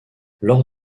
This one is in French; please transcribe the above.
lors